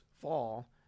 fall